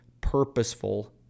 purposeful